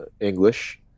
English